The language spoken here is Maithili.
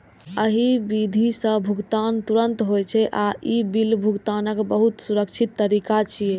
एहि विधि सं भुगतान तुरंत होइ छै आ ई बिल भुगतानक बहुत सुरक्षित तरीका छियै